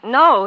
no